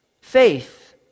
faith